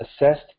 assessed